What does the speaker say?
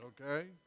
okay